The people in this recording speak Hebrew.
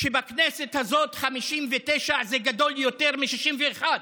שבכנסת הזאת 59 זה גדול יותר מ-61.